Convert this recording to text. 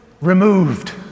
removed